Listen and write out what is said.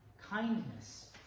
Kindness